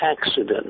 accident